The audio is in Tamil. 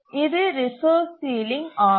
இது ரிசோர்ஸ் சீலிங் ஆகும்